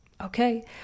Okay